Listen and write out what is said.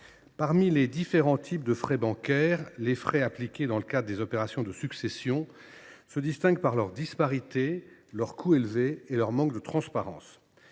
parmi les différents types de frais bancaires, les frais appliqués dans le cadre des opérations de succession se distinguent par leur disparité, leur coût élevé et leur manque de transparence.